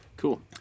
Cool